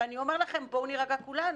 ואני אומר לכם - בואו נירגע כולנו,